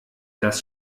das